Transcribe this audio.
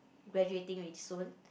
graduating already soon